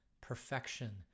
perfection